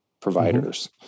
providers